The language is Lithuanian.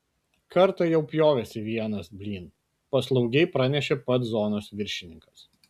kartą jau pjovėsi venas blin paslaugiai pranešė pats zonos viršininkas